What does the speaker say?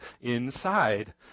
inside